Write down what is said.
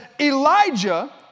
Elijah